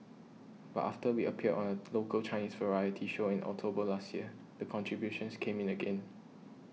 but after we appeared on a local Chinese variety show in October last year the contributions came in again